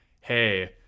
hey